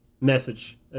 message